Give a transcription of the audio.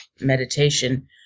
meditation